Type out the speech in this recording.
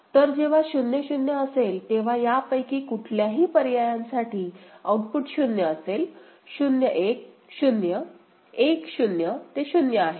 तर जेव्हा 0 0 असेल तेव्हा यापैकी कुठल्याही पर्यायांसाठी आउटपुट 0 असेल 0 1 0 1 0 ते 0 आहे